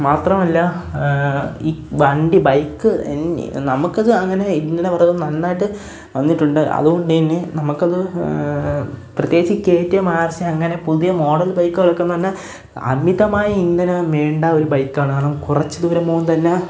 മാത്രമല്ല ഈ വണ്ടി ബൈക്ക് എൻ നമുക്കത് അങ്ങനെ ഇന്ധന വരവു നന്നായിട്ട് വന്നിട്ടുണ്ട് അതുകൊണ്ടു തന്നെ നമുക്കത് പ്രത്യേകിച്ച് കേ എയ്റ്റ് മാർച്ച് അങ്ങനെ പുതിയ മോഡൽ ബൈക്കുകൾക്കെന്നു പറഞ്ഞാൽ അമിതമായി ഇന്ധനം വേണ്ട ഒരു ബൈക്കാണ് കാരണം കുറച്ചു ദൂരം പോകുമ്പം തന്നെ